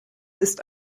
ist